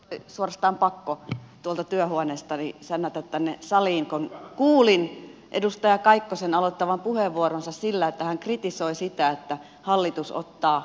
oli suorastaan pakko tuolta työhuoneestani sännätä tänne saliin kun kuulin edustaja kaikkosen aloittavan puheenvuoronsa sillä että hän kritisoi sitä että hallitus ottaa velkaa